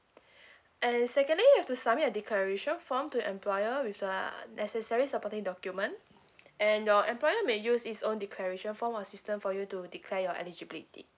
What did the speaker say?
and secondly you have to submit a declaration form to employer with the necessary supporting document and your employer may use his own declaration form or system for you to declare your eligibility